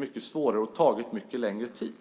mycket svårare och ta mycket längre tid.